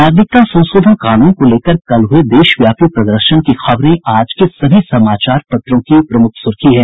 नागरिकता संशोधन कानून को लेकर कल हुए देशव्यापी प्रदर्शन की खबरें आज के सभी समाचार पत्रों की प्रमुख सुर्खी है